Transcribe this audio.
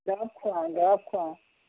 দৰৱ খোৱাওঁ দৰৱ খোৱাওঁ